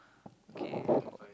okay